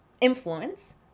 influence